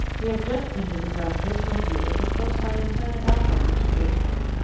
we have just entered the gravitational field of procyon planet alpha, mr. briscoe.